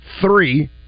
three